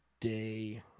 day